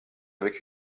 avec